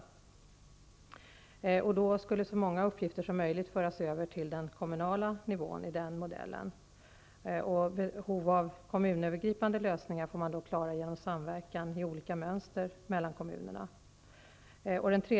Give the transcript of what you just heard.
I den modellen skulle så många uppgifter som möjligt föras över till den kommunala nivån. Kommunövergripande lösningar får man då klara genom samverkan i olika mönster mellan kommunerna.